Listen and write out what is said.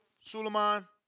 Suleiman